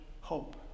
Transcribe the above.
hope